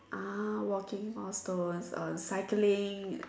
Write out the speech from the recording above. ah walking milestone uh cycling